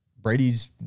Brady's